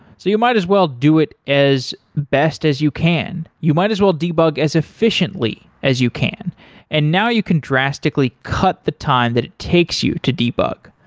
so you might as well do it as best as you can. you might as well debug as efficiently as you can and now you can drastically cut the time that it takes you to debug.